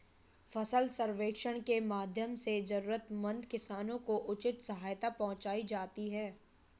फसल सर्वेक्षण के माध्यम से जरूरतमंद किसानों को उचित सहायता पहुंचायी जाती है